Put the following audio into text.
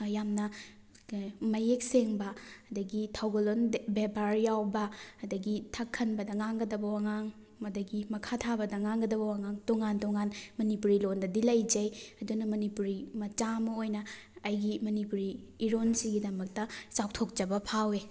ꯌꯥꯝꯅ ꯀꯔꯤ ꯃꯌꯦꯛ ꯁꯦꯡꯕ ꯑꯗꯒꯤ ꯊꯧꯒꯂꯣꯟ ꯕꯦꯕꯥꯔ ꯌꯥꯎꯕ ꯑꯗꯒꯤ ꯊꯛ ꯍꯟꯕꯗ ꯉꯥꯡꯒꯗꯕ ꯋꯥꯉꯥꯡ ꯑꯗꯤ ꯃꯈꯥ ꯊꯥꯕꯗ ꯉꯥꯡꯒꯗꯕ ꯋꯥꯉꯥꯡ ꯇꯣꯉꯥꯟ ꯇꯣꯉꯥꯟ ꯃꯅꯤꯄꯨꯔꯤ ꯂꯣꯟꯗꯗꯤ ꯂꯩꯖꯩ ꯑꯗꯨꯅ ꯃꯅꯤꯄꯨꯔꯤ ꯃꯆꯥ ꯑꯃ ꯑꯣꯏꯅ ꯑꯩꯒꯤ ꯃꯅꯤꯄꯨꯔꯤ ꯏꯔꯣꯟꯁꯤꯒꯤꯗꯃꯛꯇ ꯆꯥꯎꯊꯣꯛꯆꯕ ꯐꯥꯎꯋꯤ